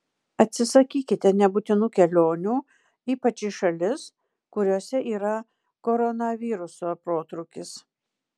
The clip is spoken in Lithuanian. atsisakykite nebūtinų kelionių ypač į šalis kuriose yra koronaviruso protrūkis